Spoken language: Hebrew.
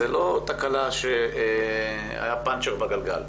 זאת לא תקלה שהיה פנצ'ר בגלגל.